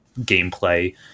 gameplay